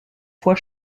fois